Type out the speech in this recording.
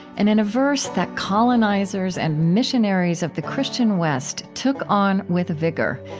and in a verse that colonizers and missionaries of the christian west took on with vigor,